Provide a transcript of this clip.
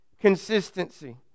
consistency